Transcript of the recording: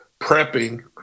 prepping